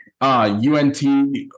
UNT